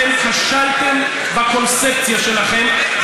אתם כשלתם בקונספציה שלכם,